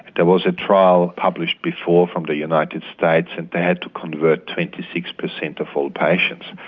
there was a trial published before from the united states and they had to convert twenty six percent of all patients.